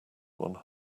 one